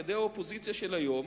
על-ידי האופוזיציה של היום,